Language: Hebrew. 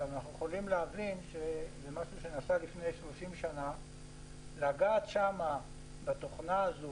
אנחנו יכולים להבין שלגעת בתוכנה הזו